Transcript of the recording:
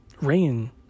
Rain